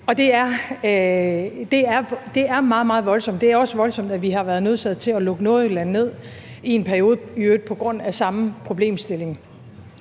Det er meget, meget voldsomt, og det er også voldsomt, at vi har været nødsaget til at lukke Nordjylland ned i en periode, i øvrigt på grund af samme problemstilling.